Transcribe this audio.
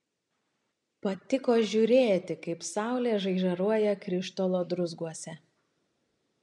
patiko žiūrėti kaip saulė žaižaruoja krištolo druzguose